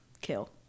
kill